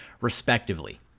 respectively